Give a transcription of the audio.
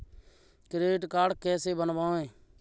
Credit card कैसे बनवाएँ?